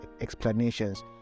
explanations